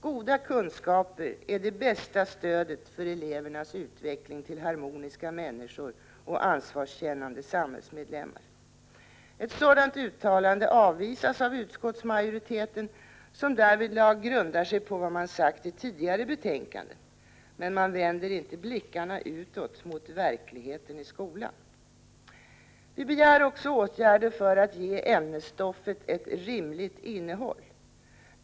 Goda kunskaper är det bästa stödet för elevernas utveckling till harmoniska människor och ansvarskännande samhällsmedlemmar. Ett sådant uttalande avvisas av utskottsmajoriteten, som därvidlag grundar sig på vad man sagt i tidigare betänkanden. Men man vänder inte blickarna utåt mot verkligheten i skolan. Vi begär också åtgärder för att ge ämnesstoffet ett rimligt innehåll.